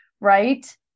Right